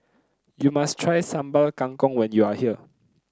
you must try Sambal Kangkong when you are here